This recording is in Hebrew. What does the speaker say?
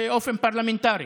באופן פרלמנטרי.